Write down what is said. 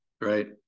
Right